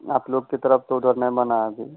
आप लोग की तरफ़ तो उधर नहीं बना है अभी